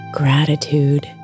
gratitude